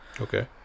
okay